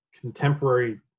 contemporary